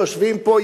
שיושבים פה,